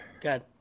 good